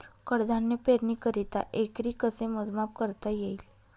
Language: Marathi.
कडधान्य पेरणीकरिता एकरी कसे मोजमाप करता येईल?